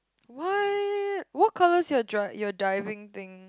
what what colour is your dri~ your diving thing